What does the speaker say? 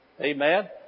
Amen